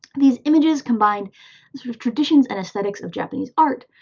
these images combined sort of traditions and aesthetics of japanese art,